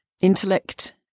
intellect